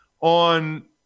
on